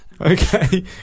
Okay